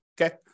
Okay